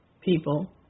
people